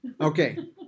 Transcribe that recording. okay